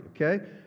okay